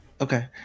Okay